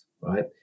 right